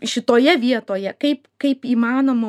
šitoje vietoje kaip kaip įmanoma